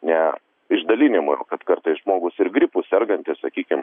ne išdalinimui o kad kartais žmogus ir gripu sergantis sakykim